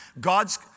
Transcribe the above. God's